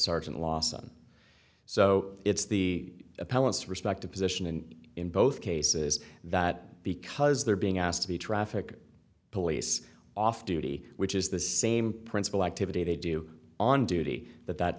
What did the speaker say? sergeant lawson so it's the appellant's respect the position and in both cases that because they're being asked to be traffic police off duty which is the same principle activity they do on duty that that